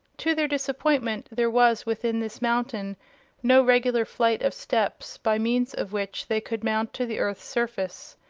to their disappointment there was within this mountain no regular flight of steps by means of which they could mount to the earth's surface.